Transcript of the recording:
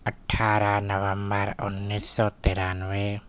اٹھارہ نومبر انیس سو ترانوے